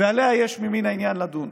ועליה יש ממין העניין לדון.